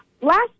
last